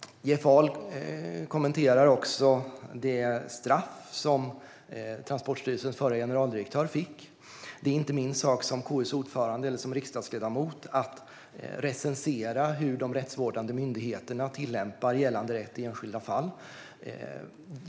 Jeff Ahl kommenterar också det straff som Transportstyrelsens förra generaldirektör fick. Det är inte min sak som KU:s ordförande eller som riksdagsledamot att recensera hur de rättsvårdande myndigheterna tillämpar gällande rätt i enskilda fall.